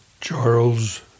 Charles